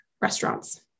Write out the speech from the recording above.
restaurants